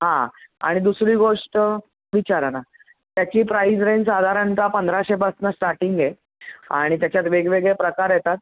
हां आणि दुसरी गोष्ट विचारा ना त्याची प्राईज रेंज साधारणतः पंधराशेपासनं स्टाटिंग आहे आणि त्याच्यात वेगवेगळे प्रकार येतात